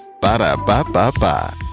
Ba-da-ba-ba-ba